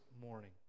morning